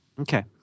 Okay